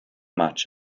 much